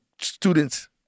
students